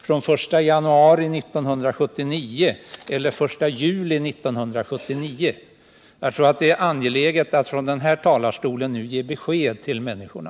Kan det ske den 1 januari 1979 eller den 1 juli 1979? Jag tror att det är angeläget att det från den här talarstolen nu ges besked till människorna.